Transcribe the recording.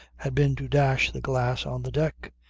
had been to dash the glass on the deck.